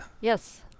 Yes